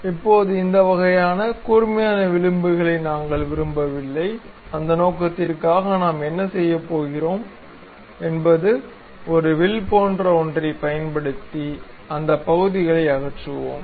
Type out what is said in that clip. இப்போது இந்த வகையான கூர்மையான விளிம்புகளை நாங்கள் விரும்பவில்லை அந்த நோக்கத்திற்காக நாம் என்ன செய்யப் போகிறோம் என்பது ஒரு வில் போன்ற ஒன்றைப் பயன்படுத்தி அந்த பகுதிகளை அகற்றுவோம்